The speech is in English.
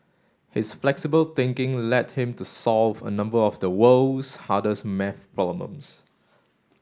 his flexible thinking led him to solve a number of the world's hardest maths problems